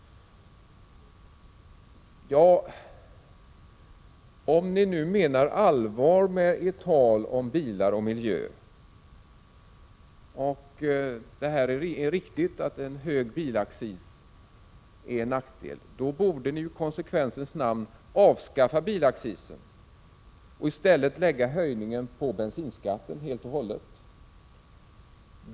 Om ni nu menar allvar med ert tal om bilar och miljö och det är riktigt att en hög bilaccis är en nackdel, då borde ni i konsekvensens namn avskaffa bilaccisen och i stället höja bensinskatten.